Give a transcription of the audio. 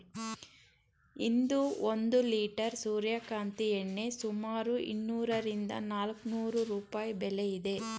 ಇಂದು ಒಂದು ಲಿಟರ್ ಸೂರ್ಯಕಾಂತಿ ಎಣ್ಣೆ ಸುಮಾರು ಇನ್ನೂರರಿಂದ ನಾಲ್ಕುನೂರು ರೂಪಾಯಿ ಬೆಲೆ ಇದೆ